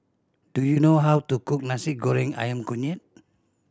do you know how to cook Nasi Goreng Ayam Kunyit